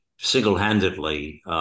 single-handedly